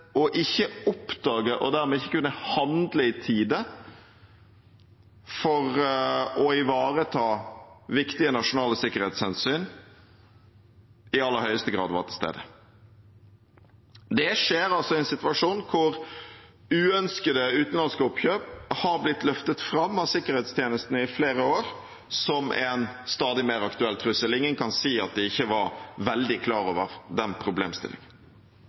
ikke å oppdage det, og dermed ikke kunne handle i tide for å ivareta viktige nasjonale sikkerhetshensyn, i aller høyeste grad var til stede. Det skjer altså i en situasjon der uønskede utenlandske oppkjøp i flere år har blitt løftet fram av sikkerhetstjenestene som en stadig mer aktuell trussel. Ingen kan si at de ikke var veldig klar over den problemstillingen.